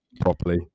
properly